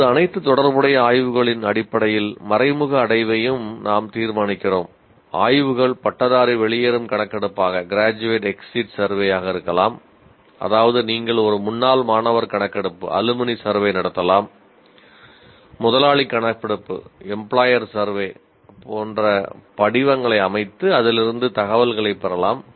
இப்போது அனைத்து தொடர்புடைய ஆய்வுகளின் அடிப்படையில் மறைமுக அடைவையும் நாம் தீர்மானிக்கிறோம் ஆய்வுகள் பட்டதாரி வெளியேறும் கணக்கெடுப்பாக இந்த படிவங்களை வடிவமைத்து அதிலிருந்து தகவல்களைப் பெறலாம்